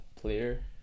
player